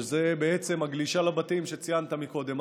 שזה בעצם הגלישה לבתים שציינת קודם,